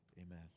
amen